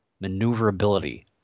maneuverability